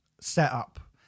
setup